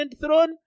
throne